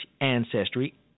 ancestry